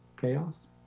chaos